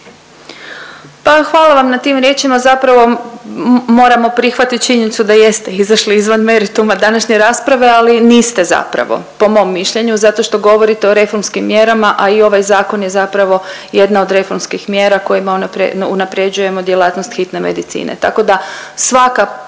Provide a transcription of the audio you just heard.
Pa hvala vam na tim riječima, zapravo moramo prihvatit činjenicu da jeste izašli izvan merituma današnje rasprave, ali niste zapravo po mom mišljenju zato što govorite o reformskim mjerama, a i ovaj zakon je zapravo jedna od reformskih mjera kojima unapređujemo djelatnost hitne medicine. Tako da svaka, svako